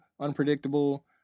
unpredictable